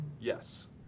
yes